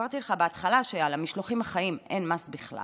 סיפרתי לך בהתחלה שעל המשלוחים החיים אין מס בכלל.